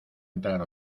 entrar